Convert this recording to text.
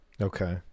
Okay